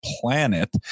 planet